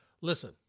Listen